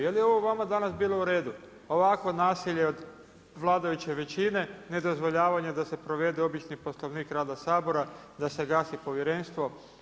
Je li ovo vama danas bilo u redu ovakvo nasilje od vladajuće većine, nedozvoljavanje da se provede obični Poslovnik rada Sabora, da se gasi povjerenstvo.